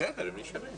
בסדר, הם נשארים.